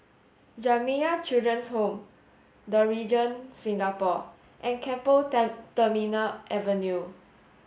Jamiyah Children's Home The Regent Singapore and Keppel Terminal Avenue